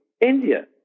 India